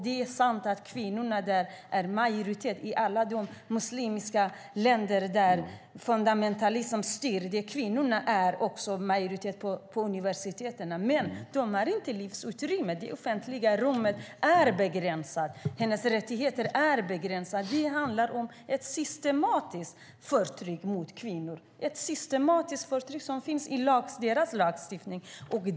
Det är sant att kvinnorna är i majoritet i alla de muslimska länder där fundamentalismen råder. Kvinnorna är i majoritet också på universiteten. Men de har inte livsutrymme. Det offentliga rummet är begränsat. Kvinnans rättigheter är begränsade. Det handlar om ett systematiskt förtryck mot kvinnor, ett systematiskt förtryck som finns i deras lagstiftning.